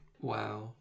Wow